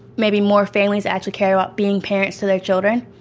maybe more families actually care about being parents to their children.